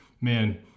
man